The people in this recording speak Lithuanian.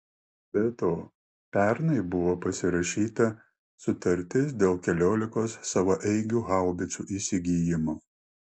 be to pernai buvo pasirašyta sutartis dėl keliolikos savaeigių haubicų įsigijimo